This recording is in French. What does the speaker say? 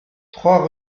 trois